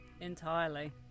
entirely